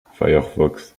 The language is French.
firefox